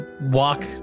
walk